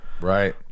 right